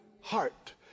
Heart